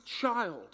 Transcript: child